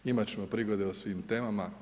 Imati ćemo prigode o svim temama.